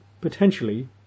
potentially